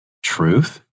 truth